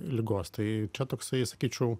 ligos tai čia toksai sakyčiau